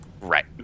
Right